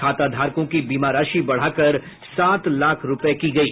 खाताधारकों की बीमा राशि बढ़ाकर सात लाख रूपये की गयी